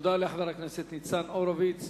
תודה לחבר הכנסת ניצן הורוביץ.